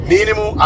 Minimum